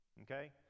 okay